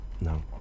No